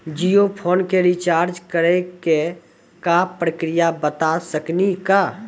Jio phone के recharge करे के का प्रक्रिया बता साकिनी का?